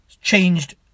changed